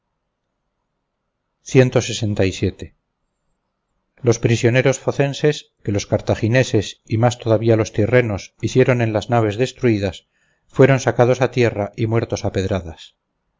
regio los prisioneros focenses que los cartagineses y más todavía los tyrrenos hicieron en las naves destruidas fueron sacados a tierra y muertos a pedradas